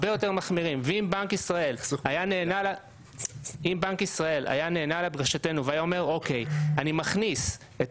אם בנק ישראל היה נענה לדרישתנו והיה אומר שהוא מכניס את